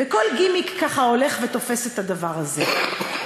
כל גימיק ככה הולך ותופס את הדבר הזה.